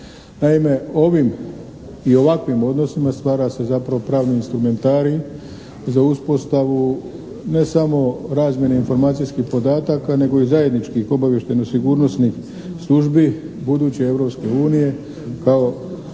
Naime, ovim i ovakvim odnosima stvara se zapravo pravni instrumentarij za uspostavu ne samo razmjene informacijskih podataka nego i zajedničkih obavještajno-sigurnosnih službi buduće Europske